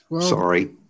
Sorry